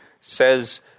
says